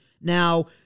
Now